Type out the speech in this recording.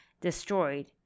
destroyed